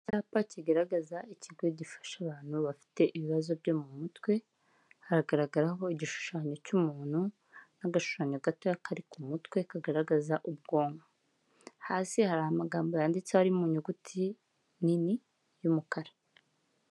Icyapa kigaragaza ikigo gifasha abantu bafite ibibazo byo mu mutwe haragaragaraho igishushanyo cy'umuntu n'agashushanyo gato kari ku mutwe kagaragaza ubwoko hasi hari amagambo yanditse ari mu nyuguti nini y'umukara.